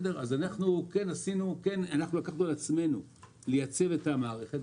אנחנו לקחנו על עצמנו לייצר את המערכת.